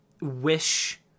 Wish